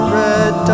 red